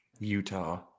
Utah